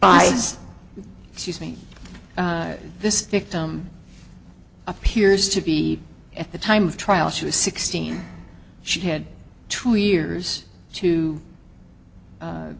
by she's mean this victim appears to be at the time of trial she was sixteen she had two years to